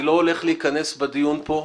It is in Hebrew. אני לא הולך להיכנס בדיון הזה,